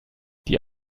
die